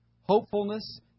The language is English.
Hopefulness